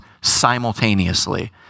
simultaneously